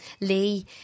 Lee